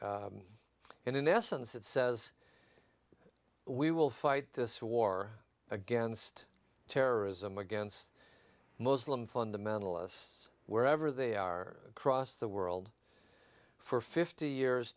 and in essence it says we will fight this war against terrorism against muslim fundamentalists wherever they are across the world for fifty years